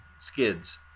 Skids